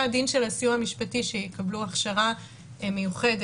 הדין של הסיוע המשפטי שיקבלו הכשרה מיוחדת,